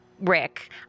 Rick